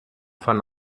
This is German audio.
von